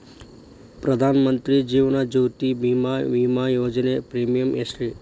ಪ್ರಧಾನ ಮಂತ್ರಿ ಜೇವನ ಜ್ಯೋತಿ ಭೇಮಾ, ವಿಮಾ ಯೋಜನೆ ಪ್ರೇಮಿಯಂ ಎಷ್ಟ್ರಿ?